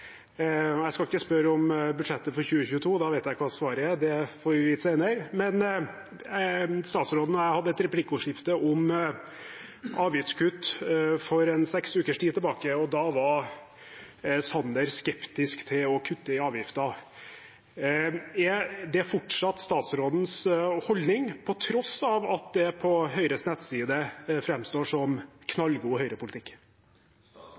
Jeg skal ikke spørre om budsjettet for 2022, da vet jeg hva svaret er, at det får vi vite senere. Men statsråden og jeg hadde et replikkordskifte om avgiftskutt ca. seks uker tilbake, og da var Sanner skeptisk til å kutte i avgifter. Er det fortsatt statsrådens holdning, på tross av at det på Høyres nettside framstår som